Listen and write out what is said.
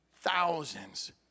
thousands